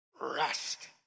rest